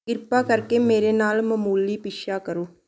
ਕਿਰਪਾ ਕਰਕੇ ਮੇਰੇ ਨਾਲ ਮਾਮੂਲੀ ਪਿੱਛਾ ਕਰੋ